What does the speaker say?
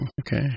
Okay